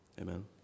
amen